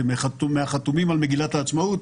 מהחתומים על מגילת העצמאות,